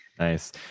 Nice